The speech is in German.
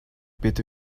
bitte